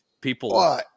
people